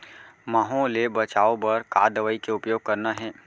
माहो ले बचाओ बर का दवई के उपयोग करना हे?